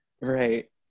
Right